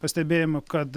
pastebėjimų kad